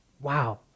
Wow